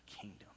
kingdom